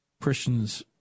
Christians